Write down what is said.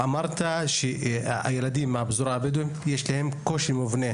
אמרת שלילדים מהפזורה הבדואית יש קושי מובנה.